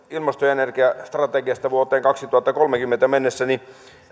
energia ja ilmastostrategiasta vuoteen kaksituhattakolmekymmentä mennessä niin